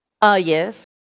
ah yes